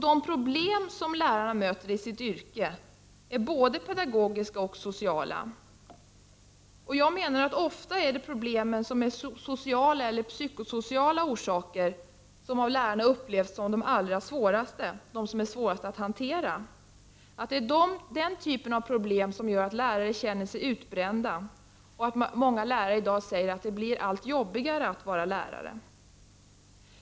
De problem som lärarna möter i sitt yrke är både av pedagogisk och av social art. Ofta är det de sociala eller psykosociala problemen som lärarna upplever som allra svårast att hantera. Det är den typen av problem som gör att lärare känner sig utbrända. Det är också de problemen som gör att många lärare i dag säger att det blir allt jobbigare att vara lärare.